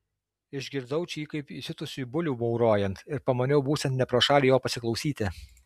išgirdau čia jį kaip įsiutusį bulių maurojant ir pamaniau būsiant ne pro šalį jo pasiklausyti